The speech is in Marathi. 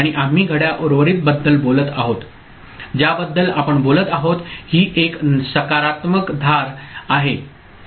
आणि आम्ही घड्याळ उर्वरित बद्दल बोलत आहोत ज्याबद्दल आपण बोलत आहोत ही एक सकारात्मक धार एज आहे